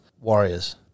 Warriors